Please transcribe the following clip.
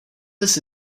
this